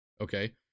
okay